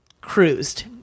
cruised